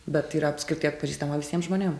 bet yra apskritai atpažįstama visiem žmonėm